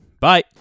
Bye